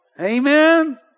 Amen